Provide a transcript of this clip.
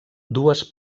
dues